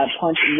punch